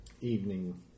evening